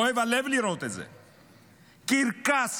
כואב הלב לראות את זה, קרקס.